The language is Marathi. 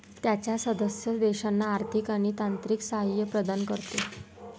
त्याच्या सदस्य देशांना आर्थिक आणि तांत्रिक सहाय्य प्रदान करते